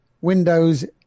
Windows